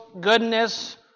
goodness